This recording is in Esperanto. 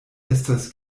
estas